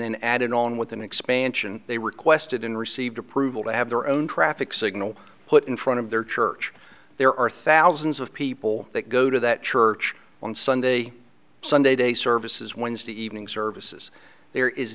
then added on with an expansion they requested and received approval to have their own traffic signal put in front of their church there are thousands of people that go to that church on sunday sunday services wednesday evening services there is